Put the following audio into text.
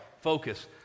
Focus